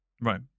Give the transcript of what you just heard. Right